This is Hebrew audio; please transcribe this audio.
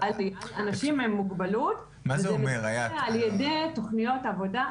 שזה מטריד אתכם,